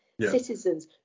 citizens